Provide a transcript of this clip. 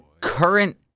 current